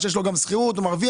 יש להם גם שכירות והם מרוויחים.